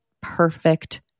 perfect